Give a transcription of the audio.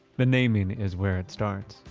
the naming is where it starts.